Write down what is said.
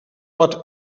what